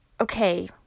okay